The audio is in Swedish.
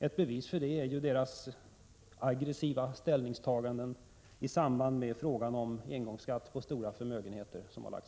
Ett bevis för detta är deras aggressiva ställningstaganden t.ex. i fråga om en engångsskatt på stora förmögenheter.